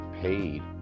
paid